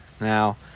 Now